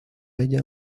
ella